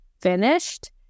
finished